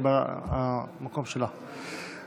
וקבוצת סיעת ש"ס לפני סעיף 1 לא נתקבלה.